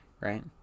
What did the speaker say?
right